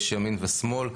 יש ימין ושמאל.